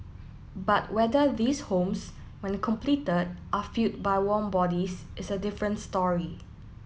but whether these homes when completed are filled by warm bodies is a different story